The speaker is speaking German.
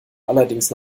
allerdings